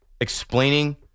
explaining